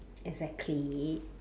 exactly